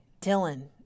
Dylan